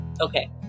Okay